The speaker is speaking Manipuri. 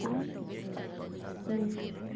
ꯍꯥ ꯎꯝ